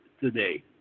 today